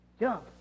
jump